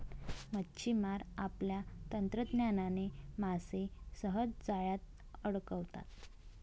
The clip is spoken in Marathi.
मच्छिमार आपल्या तंत्रज्ञानाने मासे सहज जाळ्यात अडकवतात